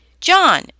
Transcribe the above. John